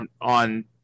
on